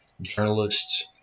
journalists